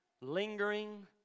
lingering